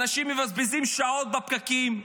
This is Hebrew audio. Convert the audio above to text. אנשים מבזבזים שעות בפקקים.